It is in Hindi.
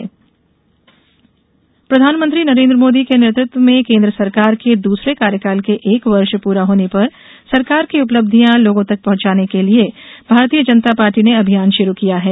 भाजपा कार्यक्रम प्रधानमंत्री नरेन्द्र मोदी के नेतृत्व में केन्द्र सरकार के दूसरे कार्यकाल के एक वर्ष पूरे होने पर सरकार की उपलब्धियां लोगों तक पहॅचाने के लिए भारतीय जनता पार्टी ने अभियान शुरू किया है